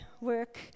work